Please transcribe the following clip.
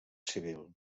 civil